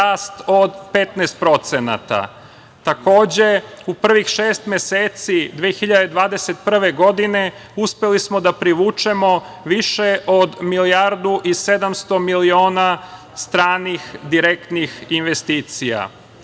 rast od 15%. Takođe, u prvih šest meseci 2021. godine uspeli smo da privučemo više od milijardu i 700 miliona stranih direktnih investicija. Ovo